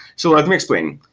so let me explain,